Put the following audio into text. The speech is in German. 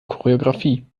choreografie